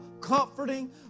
comforting